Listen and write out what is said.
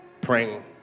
praying